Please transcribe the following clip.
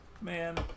Man